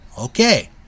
Okay